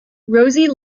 rosy